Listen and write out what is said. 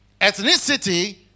Ethnicity